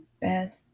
best